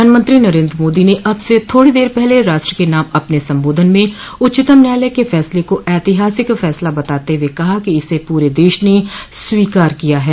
प्रधानमंत्री नरेन्द्र मोदी ने अब से थोड़ी देर पहले राष्ट्र के नाम अपने संबोधन में उच्चतम न्यायालय के फैसले को ऐतिहासिक फैसला बताते हुए कहा कि इसे पूरे देश ने स्वीकार किया है